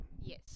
Yes